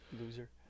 Loser